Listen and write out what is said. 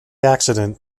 accident